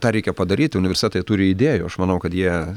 tą reikia padaryti universitetai turi idėjų aš manau kad jie